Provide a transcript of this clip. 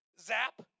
Zap